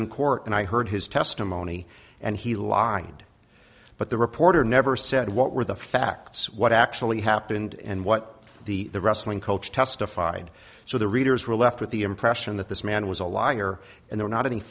in court and i heard his testimony and he lied but the reporter never said what were the facts what actually happened and what the wrestling coach testified so the readers were left with the impression that this man was a liar and there not any